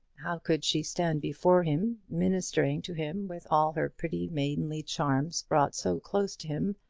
how could she stand before him, ministering to him with all her pretty maidenly charms brought so close to him,